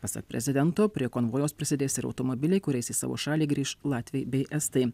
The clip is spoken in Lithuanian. pasak prezidento prie konvojaus prisidės ir automobiliai kuriais į savo šalį grįš latviai bei estai